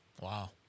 wow